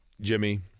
Jimmy